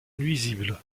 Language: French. nuisible